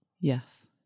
Yes